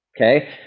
Okay